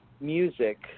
Music